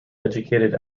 educated